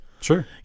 Sure